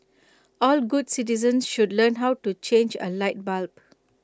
all good citizens should learn how to change A light bulb